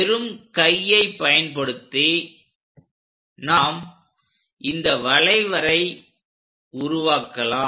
வெறும் கையை பயன்படுத்தி நாம் இந்த வளைவரை உருவாக்கலாம்